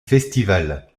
festival